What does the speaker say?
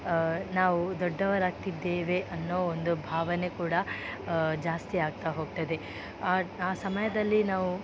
ನಾವು ದೊಡ್ಡವರು ಆಗ್ತಿದ್ದೇವೆ ಆನ್ನೋ ಒಂದು ಭಾವನೆ ಕೂಡ ಜಾಸ್ತಿ ಆಗ್ತಾ ಹೋಗ್ತದೆ ಆ ಸಮಯದಲ್ಲಿ ನಾವು